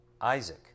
Isaac